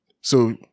so-